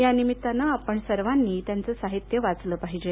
यानिमित्तानं आपण सर्वांनी त्यांचं साहित्य वाचलं पाहिजे